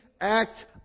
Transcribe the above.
act